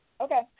Okay